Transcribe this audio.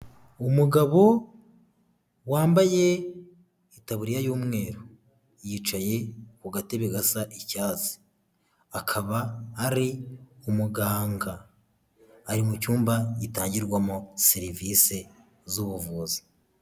Umugabo wambaye itaburiya y'umweru, yicaye ku gatebe gasa icyatsi akaba ari umuganga, ari mu cyumba gitangirwamo serivisi z'ubuvuzi.